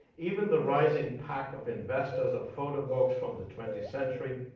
even the rising pack of investors of photo books from the twentieth century.